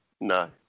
No